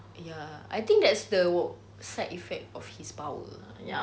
ya I think that's the wo~ side effect of his power ah